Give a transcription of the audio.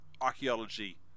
archaeology